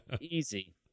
Easy